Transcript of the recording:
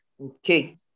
Okay